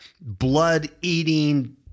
blood-eating